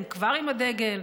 הם כבר עם הדגל.